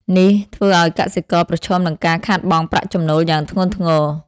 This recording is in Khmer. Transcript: នេះធ្វើឲ្យកសិករប្រឈមនឹងការខាតបង់ប្រាក់ចំណូលយ៉ាងធ្ងន់ធ្ងរ។